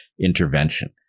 intervention